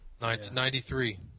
Ninety-three